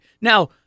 Now